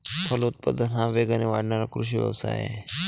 फलोत्पादन हा वेगाने वाढणारा कृषी व्यवसाय आहे